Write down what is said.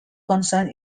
concern